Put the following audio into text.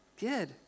Good